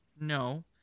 No